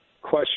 question